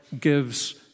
gives